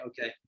Okay